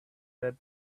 that